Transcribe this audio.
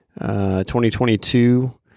2022